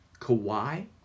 Kawhi